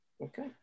Okay